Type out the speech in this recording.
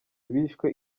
bishwe